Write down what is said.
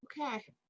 Okay